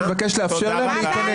אני מבקש לאפשר להם להיכנס.